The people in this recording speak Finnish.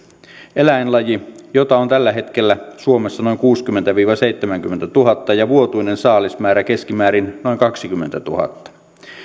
eläinlaji jota on tällä hetkellä suomessa noin kuusikymmentätuhatta viiva seitsemänkymmentätuhatta ja jonka vuotuinen saalismäärä on keskimäärin noin kaksikymmentätuhatta